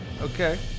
Okay